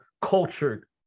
cultured